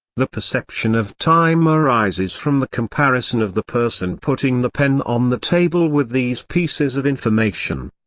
the perception of time arises from the comparison of the person putting the pen on the table with these pieces of information.